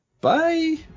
bye